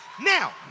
Now